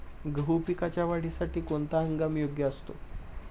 गहू पिकाच्या वाढीसाठी कोणता हंगाम योग्य असतो?